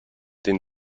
den